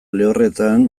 lehorretan